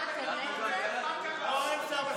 לא, אין שר מסכם.